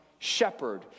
Shepherd